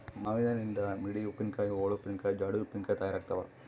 ಮಾವಿನನಿಂದ ಮಿಡಿ ಉಪ್ಪಿನಕಾಯಿ, ಓಳು ಉಪ್ಪಿನಕಾಯಿ, ಜಾಡಿ ಉಪ್ಪಿನಕಾಯಿ ತಯಾರಾಗ್ತಾವ